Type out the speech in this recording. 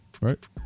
right